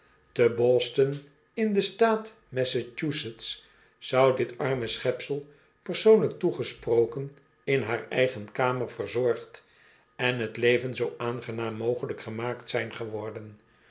te boston in den staat massachusetts zou dit arme schepsel persoonlijk toegesproken in haar eigen kamer verzorgd en het leven zoo aangenaam mogelijk gemaakt zijn geworden